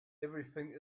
everything